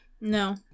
No